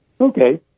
Okay